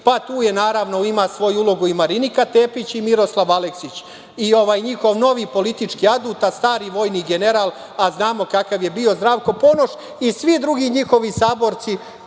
tu je naravno, pa sada svoju ulogu ima i Marinika Tepić i Miroslav Aleksić i ovaj njihov novi politički adut, a stari vojni general, a znamo kakav je bio Zdravko Ponoš i svi drugi njihovi saborci